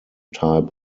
type